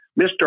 Mr